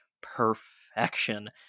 perfection